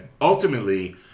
ultimately